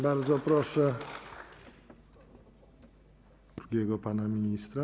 Bardzo proszę drugiego pana ministra.